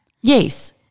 Yes